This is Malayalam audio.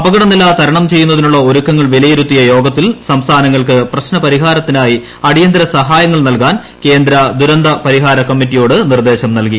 അപകടനില തരണം ചെയ്യുന്നതിനുള്ള ഒരുക്കങ്ങൾ വിലയിരുത്തിയ യോഗത്തിൽ സംസ്ഥാനങ്ങൾക്ക് പ്രശ്നപരിഹാരത്തിനായി അടിയന്തിര സഹായങ്ങൾ നൽകാൻ കേന്ദ്ര ദുരന്ത പരിഹാര കമ്മിറ്റിയോട് നിർദ്ദേശം നൽകി